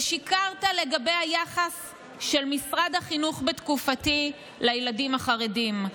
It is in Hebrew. ושיקרת לגבי היחס של משרד החינוך בתקופתי לילדים החרדים.